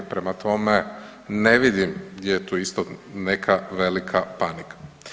Prema tome, ne vidim gdje je tu isto neka velika panika.